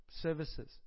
services